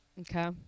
Okay